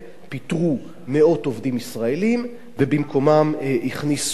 פיטרו מאות עובדים ישראלים ובמקומם הכניסו אפריקנים.